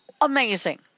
amazing